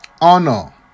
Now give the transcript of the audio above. honor